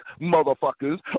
motherfuckers